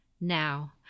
Now